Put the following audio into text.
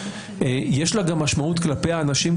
יש לה גם משמעות כלפי האנשים,